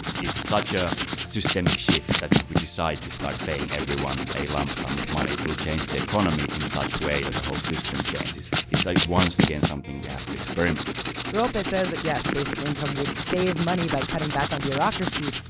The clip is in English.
it's such a systemic shift that if we decide to start paying everyone a lump sum of money, it will change the economy in such a way that the whole system changes. it's, like, once again, something we have to experiment roope ah says that, yes, basic income would save money by cutting back on bureaucracy.